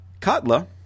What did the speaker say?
Katla